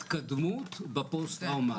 להתקדמות בפוסט טראומטי.